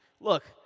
look